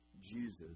Jesus